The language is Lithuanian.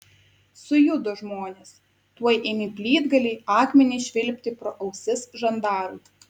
sujudo žmonės tuoj ėmė plytgaliai akmenys švilpti pro ausis žandarui